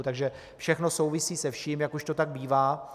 Takže všechno souvisí se vším, jak už to tak bývá.